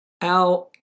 Al